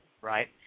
right